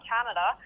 Canada